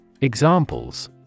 Examples